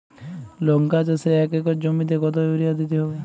লংকা চাষে এক একর জমিতে কতো ইউরিয়া দিতে হবে?